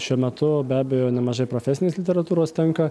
šiuo metu be abejo nemažai profesinės literatūros tenka